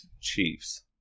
Chiefs